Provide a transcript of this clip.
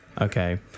Okay